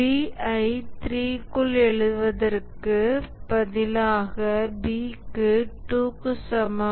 B ஐ 3 க்குள் எழுதுவதற்கு பதிலாக b க்கு 2 க்கு சமம்